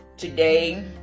Today